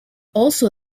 also